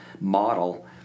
model